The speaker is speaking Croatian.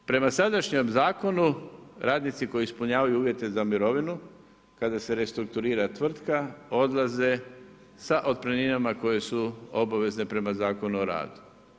Prema sadašnjem Zakonu, radnici koji ispunjavaju uvjete za mirovinu, kada se restrukturira tvrtka odlaze sa otpremninama koje su obavezne prema Zakonu o radu.